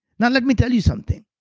now let me tell you something.